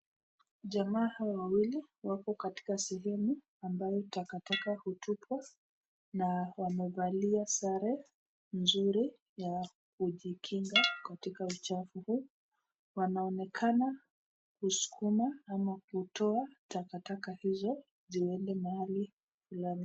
Jamaa hawa wawili wako katika sehemu ambayo takataka hutupwa na wamevalia sare nzuri ya kujikinga katika uchafu huu. Wanaonekana kusukuma na kutoa takataka hizo ziende mahali fulani.